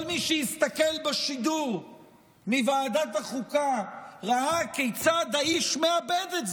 כל מי שהסתכל בשידור מוועדת החוקה ראה כיצד האיש מאבד את זה,